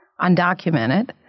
undocumented